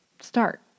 start